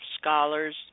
scholars